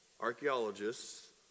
archaeologists